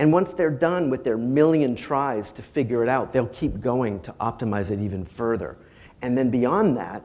and once they're done with their million tries to figure it out they'll keep going to optimize it even further and then beyond that